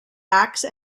axe